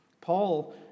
Paul